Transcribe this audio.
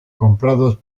comprados